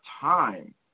time